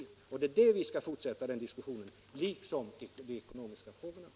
Det är alltså först senare som vi kan fortsätta den här diskussionen liksom diskussionen om de ekonomiska frågorna.